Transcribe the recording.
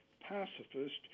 pacifist